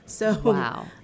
Wow